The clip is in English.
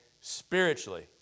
spiritually